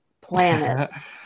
planets